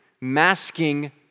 masking